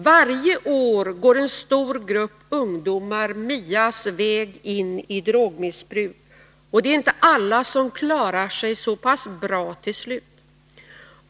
Varje år går en stor grupp ungdomar Mias väg in i drogmissbruk, och det är inte alla som klarar sig så pass bra till slut.